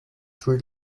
three